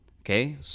Okay